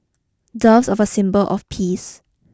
doves are a symbol of peace